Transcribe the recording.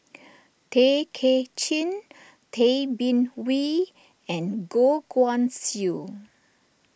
Tay Kay Chin Tay Bin Wee and Goh Guan Siew